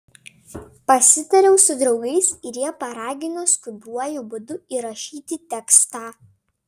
pasitariau su draugais ir jie paragino skubiuoju būdu įrašyti tekstą